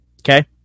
okay